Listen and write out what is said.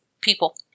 people